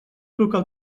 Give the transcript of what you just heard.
trucar